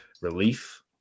relief